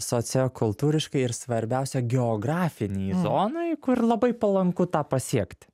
sociokultūriškai ir svarbiausia geografinėj zonoj kur labai palanku tą pasiekt